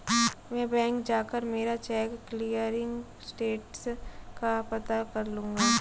मैं बैंक जाकर मेरा चेक क्लियरिंग स्टेटस का पता कर लूँगा